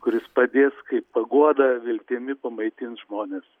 kuris padės kaip paguoda viltimi pamaitins žmones